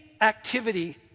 activity